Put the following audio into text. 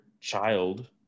child